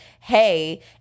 hey